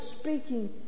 speaking